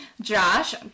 josh